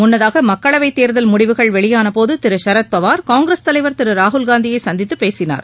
முன்னதாக மக்களவைத் தேர்தல் முடிவுகள் வெளியானபோது திரு சரத்பவார் காங்கிரஸ் தலைவர் திரு ராகுல்காந்தியை சந்தித்துப்பேசினார்